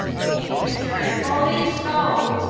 meeting adjourned. go leafs, go.